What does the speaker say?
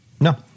No